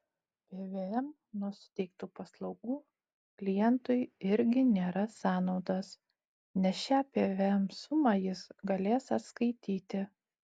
pvm nuo suteiktų paslaugų klientui irgi nėra sąnaudos nes šią pvm sumą jis galės atskaityti